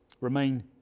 Remain